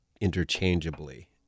interchangeably